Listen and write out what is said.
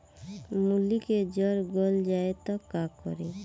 मूली के जर गल जाए त का करी?